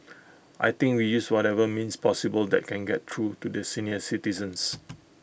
I think we use whatever means possible that can get through to the senior citizens